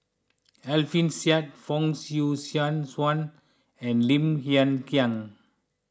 Alfian Sa'At Fong Swee Suan and Lim Hng Kiang